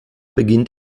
beginnt